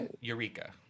Eureka